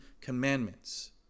commandments